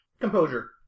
composure